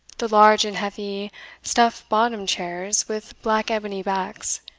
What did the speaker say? the large and heavy stuff-bottomed chairs, with black ebony backs,